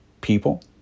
people